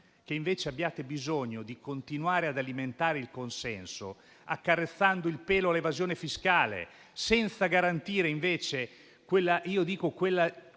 che invece abbiate bisogno di continuare ad alimentare il consenso, accarezzando il pelo all'evasione fiscale, senza garantire invece quel